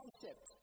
concept